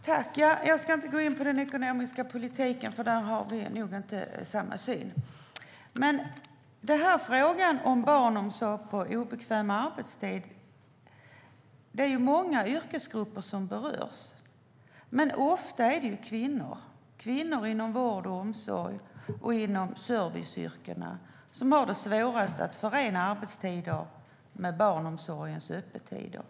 Herr talman! Jag ska inte gå in på den ekonomiska politiken, för där har vi nog inte samma syn. Frågan om barnomsorg på obekväm arbetstid berör många yrkesgrupper, och ofta är det kvinnor inom vård och omsorg och inom serviceyrkena som har det svårast att förena arbetstider med barnomsorgens öppettider.